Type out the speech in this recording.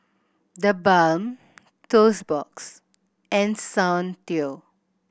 TheBalm Toast Box and Soundteoh